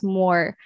more